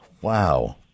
Wow